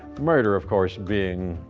murder, of course, being.